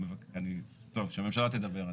טוב, שהממשלה תדבר.